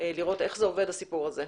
ולראות איך עובד הסיפור הזה.